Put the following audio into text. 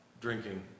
drinking